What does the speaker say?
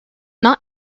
not